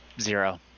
zero